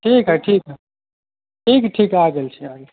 ठीक हइ ठीक हइ ठीक ठीक आ गेल छी आ गेल